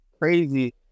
crazy